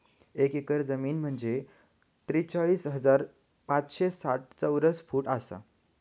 एक एकर जमीन म्हंजे त्रेचाळीस हजार पाचशे साठ चौरस फूट आसा